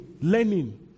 Learning